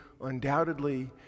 undoubtedly